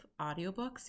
audiobooks